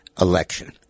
election